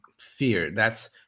Fear—that's